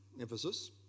emphasis